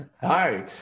Hi